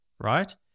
right